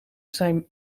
zijn